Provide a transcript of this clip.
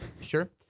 sure